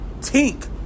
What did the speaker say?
Tink